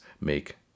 make